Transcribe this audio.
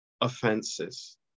offenses